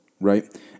right